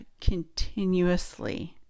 continuously